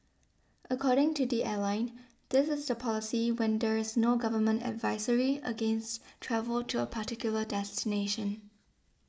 according to the airline this is the policy when there is no government advisory against travel to a particular destination